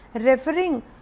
referring